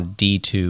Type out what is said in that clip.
d2